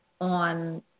on